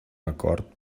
acord